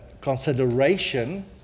consideration